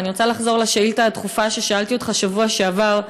ואני רוצה לחזור לשאילתה הדחופה ששאלתי אותך בשבוע שעבר,